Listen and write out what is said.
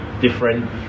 different